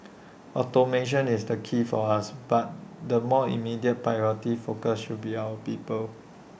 automation is the key for us but the more immediate priority focus should be our people